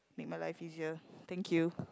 make my life easier thank you